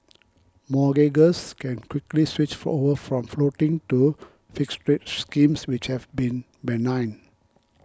mortgagors can quickly switch over from floating to fixed rate schemes which have been benign